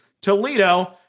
Toledo